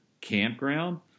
Campground